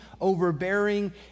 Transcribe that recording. overbearing